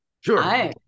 sure